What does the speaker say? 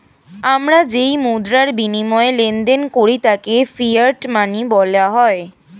আমরা যেই মুদ্রার বিনিময়ে লেনদেন করি তাকে ফিয়াট মানি বলা হয়